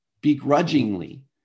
Begrudgingly